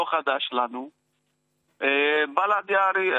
לנו מחויבות לעם היהודי,